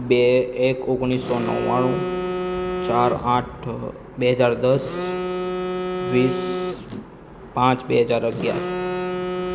બે એક ઓગણીસો નવ્વાણું ચાર આઠ બે હજાર દસ વીસ પાંચ બે હજાર અગિયાર